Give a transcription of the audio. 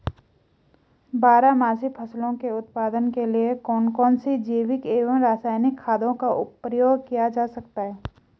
बारहमासी फसलों के उत्पादन के लिए कौन कौन से जैविक एवं रासायनिक खादों का प्रयोग किया जाता है?